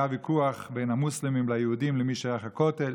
היה ויכוח בין המוסלמים ליהודים למי שייך הכותל,